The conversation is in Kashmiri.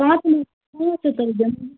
پانٛژھ پانٛژَن ہَتھ حظ دِمہٕ بہٕ